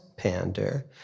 pander